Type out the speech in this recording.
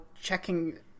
checking